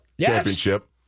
championship